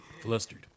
Flustered